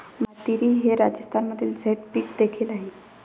मातीरी हे राजस्थानमधील झैद पीक देखील आहे